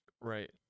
Right